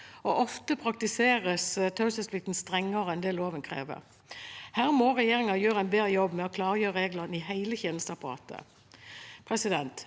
og ofte praktiseres taushetsplikten strengere enn loven krever. Her må regjeringen gjøre en bedre jobb med å klargjøre reglene i hele tjenesteapparatet.